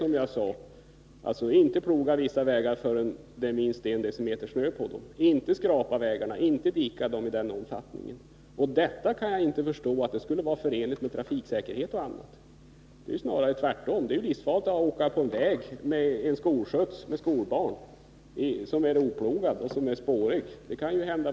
Denna satsning ligger helt i linje med Nordiska rådets rekommendation från 1975 där man uppmanade Nordiska ministerrådet att åstadkomma billigare och bättre internordiska resemöjligheter för ungdom. Därvid tänkte man sig en motsvarighet till det populära interrail-kortet.